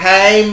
Hey